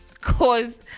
cause